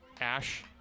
Ash